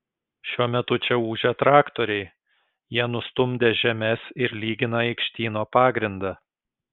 šiuo metu čia ūžia traktoriai jie nustumdė žemes ir lygina aikštyno pagrindą